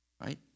right